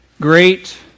great